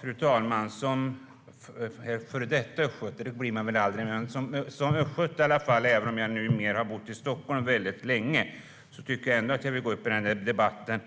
Fru talman! Före detta östgöte blir man väl aldrig? Som östgöte, som visserligen bott i Stockholm väldigt länge, vill jag gå upp i debatten.